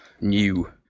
new